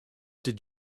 did